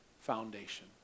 foundation